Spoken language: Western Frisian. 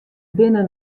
binne